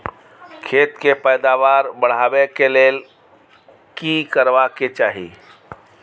खेत के पैदावार बढाबै के लेल की करबा के चाही?